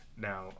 now